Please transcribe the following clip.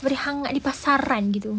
very hangat di pasaran